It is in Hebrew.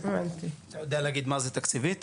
אתה יודע להגיד מה זה תקציבית?